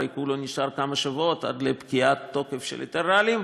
הרי כולו נשאר כמה שבועות עד לפקיעת התוקף של היתר הרעלים,